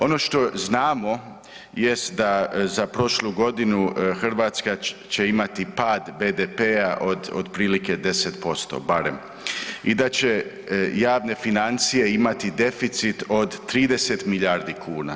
Ono što znamo jest da za prošlu godinu Hrvatska će imati pad BDP-a od otprilike 10% barem i da će javne financije imati deficit od 30 milijardi kuna.